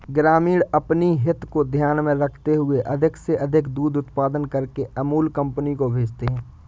ग्रामीण अपनी हित को ध्यान में रखते हुए अधिक से अधिक दूध उत्पादन करके अमूल कंपनी को भेजते हैं